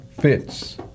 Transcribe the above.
fits